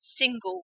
single